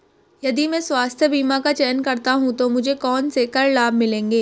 यदि मैं स्वास्थ्य बीमा का चयन करता हूँ तो मुझे कौन से कर लाभ मिलेंगे?